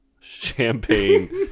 champagne